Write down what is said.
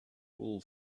wool